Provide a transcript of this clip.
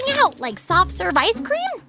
you know like soft-serve ice cream,